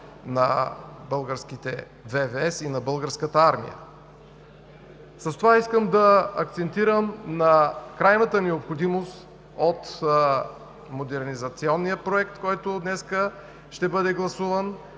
на българските ВВС и Българската армия. С това искам да акцентирам на крайната необходимост от модернизационния проект, който днес ще бъде гласуван,